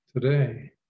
Today